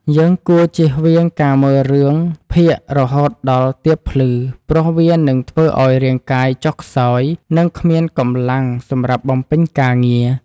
យើងគួរជៀសវាងការមើលរឿងភាគរហូតដល់ទាបភ្លឺព្រោះវានឹងធ្វើឱ្យរាងកាយចុះខ្សោយនិងគ្មានកម្លាំងសម្រាប់បំពេញការងារ។